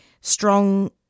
strong